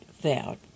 vowed